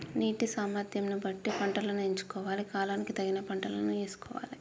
నీటి సామర్థ్యం ను బట్టి పంటలను ఎంచుకోవాలి, కాలానికి తగిన పంటలను యేసుకోవాలె